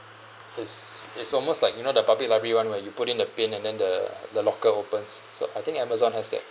is is almost like you know the public library [one] where you put in the pin and then the the locker opens so I think Amazon has that